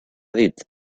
dit